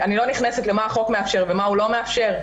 אני לא נכנסת למה החוק מאפשר ומה הוא לא מאפשר.